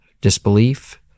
disbelief